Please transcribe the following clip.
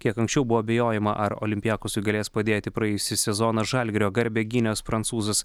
kiek anksčiau buvo abejojama ar olympiakosui galės padėti praėjusį sezoną žalgirio garbę gynęs prancūzas